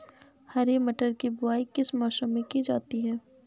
हरी मटर की बुवाई किस मौसम में की जाती है?